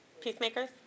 Peacemakers